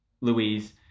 Louise